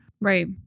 Right